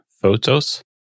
photos